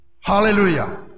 Hallelujah